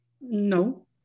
No